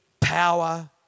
power